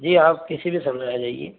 जी आप किसी भी समय आ जाइए